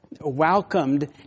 welcomed